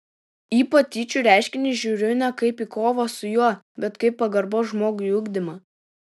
į patyčių reiškinį žiūriu ne kaip į kovą su juo bet kaip pagarbos žmogui ugdymą